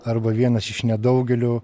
arba vienas iš nedaugelių